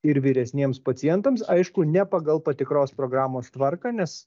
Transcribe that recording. ir vyresniems pacientams aišku ne pagal patikros programos tvarką nes